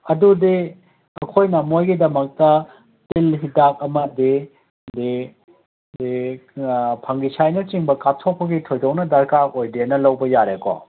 ꯑꯗꯨꯗꯤ ꯑꯩꯈꯣꯏꯅ ꯃꯣꯏꯒꯤꯗꯃꯛꯇ ꯇꯤꯜ ꯍꯤꯗꯥꯛ ꯑꯃꯗꯤ ꯐꯪꯒꯤꯁꯥꯏꯠꯅꯆꯤꯡꯕ ꯀꯥꯞꯊꯣꯛꯄꯒꯤ ꯊꯣꯏꯗꯣꯛꯅ ꯗꯔꯀꯥꯔ ꯑꯣꯏꯗꯦꯅ ꯂꯧꯕ ꯌꯥꯔꯦꯀꯣ